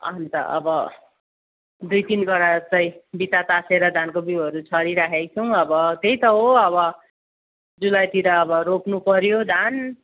अन्त अब दुई तिन गरा चाहिँ भित्ता ताछेर धानको बिउहरू छरिराखेको छौँ अब त्यही त हो अब जुलाईतिर अब रोप्नु पऱ्यो धान